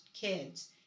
kids